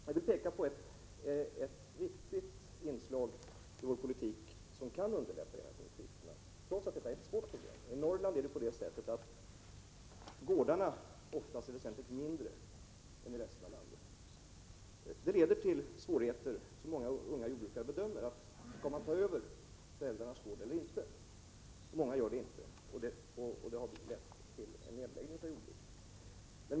Jag vill peka på ett viktigt inslag i regeringens politik som kan underlätta generationsskiftena, trots att det är ett svårt problem. I Norrland är gårdarna oftast väsentligt mindre än i resten av landet, och det leder till svårigheter för många unga jordbrukare att bedöma om de skall ta över föräldrarnas gård. Många gör det inte, och det har lett till nedläggning av jordbruk.